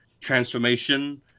transformation